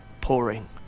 pouring